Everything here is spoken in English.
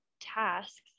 tasks